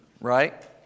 right